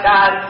God